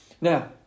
now